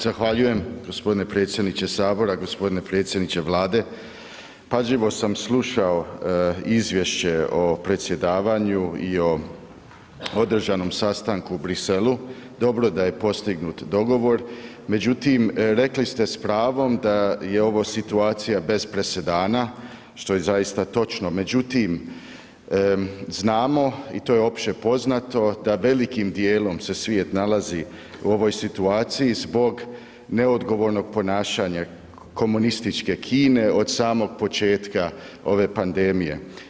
Zahvaljujem gospodine predsjedniče sabora, gospodine predsjedniče Vlade, pažljivo sam slušao izvješće o predsjedavanju i o održanom sastanku u Bruxellesu, dobro da je postignut dogovor, međutim rekli ste s pravom da je ovo situacija bez presedana što je zaista točno, međutim znamo i to je opće poznato da velikim dijelom se svijet nalazi u ovoj situaciji zbog neodgovornog ponašanja komunističke Kine od samog početka ove pandemije.